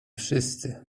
wszyscy